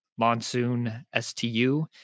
monsoonstu